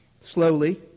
slowly